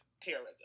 terrorism